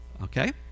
okay